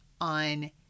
on